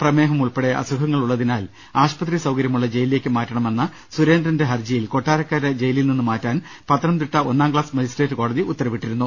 പ്രമേഹം ഉൾപ്പെടെ അസു ഖങ്ങളുള്ളതിനാൽ ആശുപത്രി സൌകര്യമുള്ള ജയിലിലേക്ക് മാറ്റണമെന്ന സുരേ ന്ദ്രന്റെ ഹർജിയിലാണ് കൊട്ടാരക്കര ജയിലിൽ നിന്ന് മാറ്റാൻ പത്തനംതിട്ട ഒന്നാം ക്സാസ് മജിസ്ട്രേറ്റ് കോടതി ഉത്തരവിട്ടത്